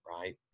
right